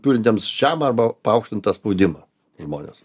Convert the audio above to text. turintiems žemą arba paaukštintą spaudimą žmones